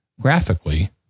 graphically